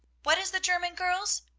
what is the german, girls?